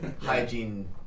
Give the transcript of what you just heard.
Hygiene